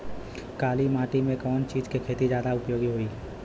काली माटी में कवन चीज़ के खेती ज्यादा उपयोगी होयी?